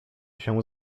się